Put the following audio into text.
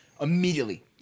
Immediately